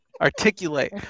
articulate